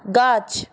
গাছ